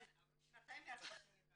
שיניתם.